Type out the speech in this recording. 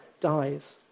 dies